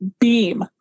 beam